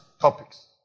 topics